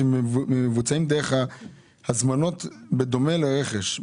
שמבוצעים דרך הזמנות בדומה לרכש.